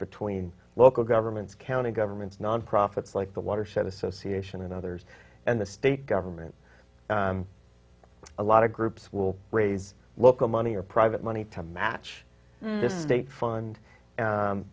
between local governments county governments non profits like the watershed association and others and the state government a lot of groups will raise local money or private money to match the